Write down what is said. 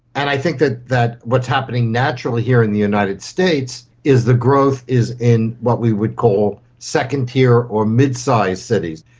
and i think that that what's happening naturally here in the united states is the growth is in what we would call second tier or mid-size cities.